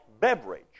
beverage